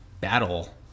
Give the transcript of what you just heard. battle